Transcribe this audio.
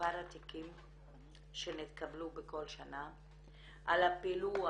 מספר התיקים שהתקבלו בכל שנה, על הפילוח